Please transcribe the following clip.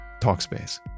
Talkspace